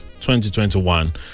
2021